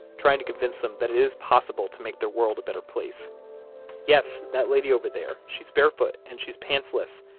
trying to convince them that it is possible to make their world a better place yes, that lady over there, she's barefoot and she's pantsless,